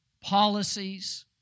policies